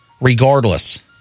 Regardless